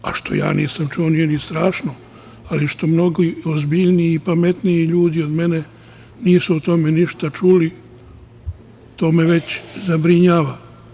A što ja nisam čuo nije ni strašno, ali što mnogo ozbiljniji i pametniji ljudi od mene nisu o tome ništa čuli, to me već zabrinjava.